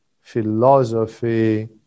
philosophy